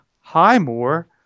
Highmore